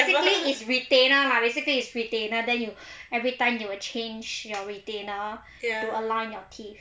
basically is retainer lah basically is retainer then you everytime you will change your retainer to align your teeth